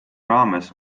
raames